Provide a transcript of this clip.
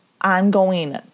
ongoing